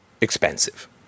expensive